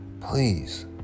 please